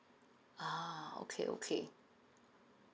ah okay okay